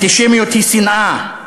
אנטישמיות היא שנאה,